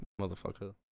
motherfucker